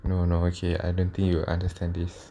no no okay I don't think you'll understand this